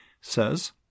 says